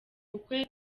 ubukwe